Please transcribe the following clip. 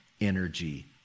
energy